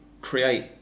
create